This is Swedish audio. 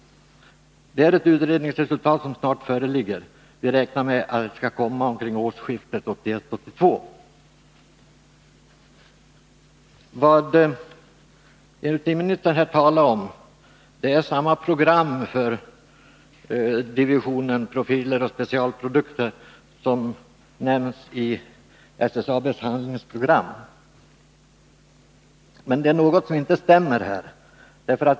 Det är ett utredningsresultat som snart föreligger — vi räknar med att det skall komma omkring årsskiftet 1981-1982.” Vad industriministern här talade om är samma program för divisionen profiler och specialprodukter som nämns i SSAB:s handlingsprogram. Men det är någonting som inte stämmer här.